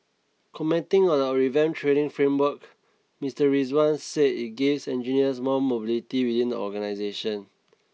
commenting on the revamped training framework Mister Rizwan said it gives engineers more mobility within the organisation